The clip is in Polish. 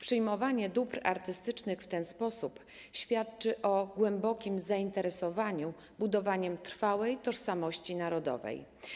Przyjmowanie dóbr artystycznych w ten sposób świadczy o głębokim zainteresowaniu budowaniem trwałej tożsamości narodowej.